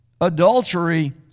adultery